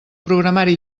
programari